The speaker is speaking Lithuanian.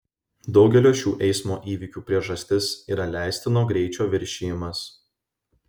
daugelio šių eismo įvykių priežastis yra leistino greičio viršijimas